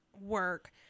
work